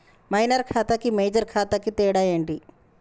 Minor ఖాతా కి major ఖాతా కి తేడా ఏంటి?